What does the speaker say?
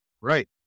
Right